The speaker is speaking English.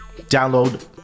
Download